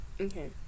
Okay